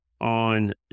on